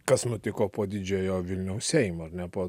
kas nutiko po didžiojo vilniaus seimo ar ne po